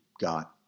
got